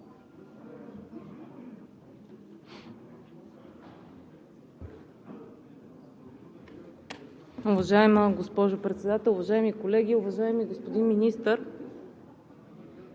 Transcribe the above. Уважаема госпожо Председател, уважаеми колеги! Уважаеми господин Зарков,